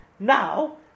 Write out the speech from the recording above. Now